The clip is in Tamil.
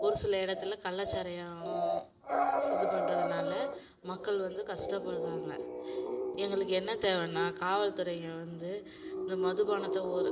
ஒருசில இடத்தில் கள்ளச்சாராயம் இது பண்ணுறதுனால மக்கள் வந்து கஷ்டப்படுறாங்க எங்களுக்கு என்ன தேவைன்னா காவல்துறை இங்கே வந்து இந்த மதுபானத்தை ஒரு